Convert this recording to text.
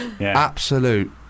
absolute